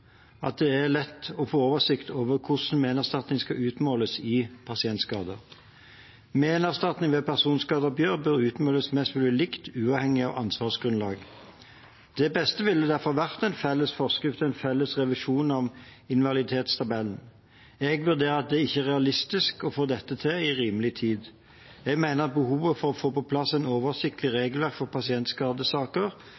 at det er lett å få oversikt over hvordan menerstatning skal utmåles ved pasientskader. Menerstatning ved personskadeoppgjør bør utmåles mest mulig likt, uavhengig av ansvarsgrunnlag. Det beste ville derfor ha vært en felles forskrift og en felles revisjon av invaliditetstabellen. Jeg vurderer at det ikke er realistisk å få til dette innen rimelig tid. Jeg mener at behovet for å få på plass et oversiktlig